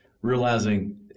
realizing